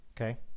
Okay